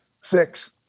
Six